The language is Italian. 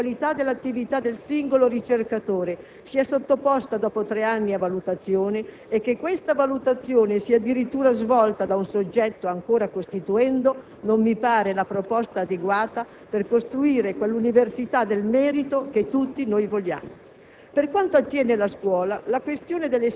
Per quanto riguarda l'università, l'ipotesi che la qualità dell'attività del singolo ricercatore sia sottoposta dopo tre anni a valutazione e che questa valutazione sia addirittura svolta da un soggetto ancora costituendo, non mi pare la proposta adeguata per costruire quell'università del merito che tutti noi vogliamo.